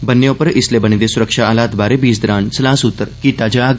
ब'न्ने उप्पर इसलै बने दे सुरक्षा हालात बारै बी इस दौरान सलाह् सूत्र कीता जाग